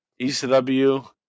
ECW